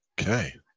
Okay